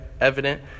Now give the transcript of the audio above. evident